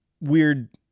weird